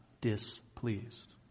displeased